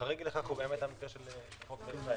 החריג לכך הוא המקרה של חוק ורסאי.